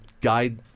guide